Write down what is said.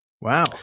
Wow